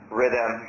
rhythm